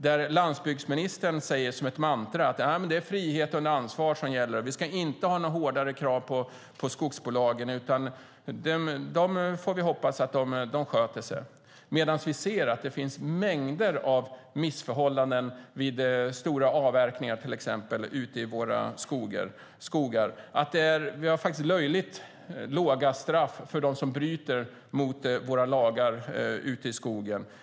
Där säger landsbygdsministern som ett mantra att det är frihet under ansvar som gäller, att vi inte ska ha hårdare krav på skogsbolagen och att vi får hoppas att de sköter sig. Vi ser dock att det finns mängder av missförhållanden vid exempelvis stora avverkningar ute i våra skogar. Vi har faktiskt löjligt låga straff mot dem som bryter mot våra lagar ute i skogen.